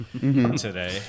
today